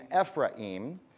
Ephraim